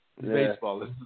baseball